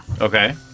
Okay